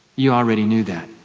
you already knew that.